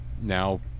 now